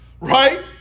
right